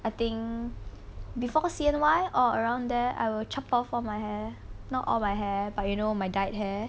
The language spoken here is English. I think before C_N_Y or around there I will chop off all my hair not all my hair but you know my dyed hair